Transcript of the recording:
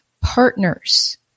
partners